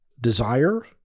desire